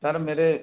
sir मेरे